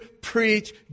preach